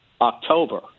October